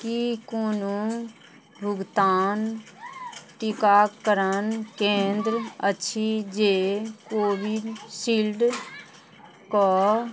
कि कोनो भुगतान टीकाकरण केन्द्र अछि जे कोविशील्डके